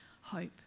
hope